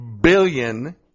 billion